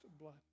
blood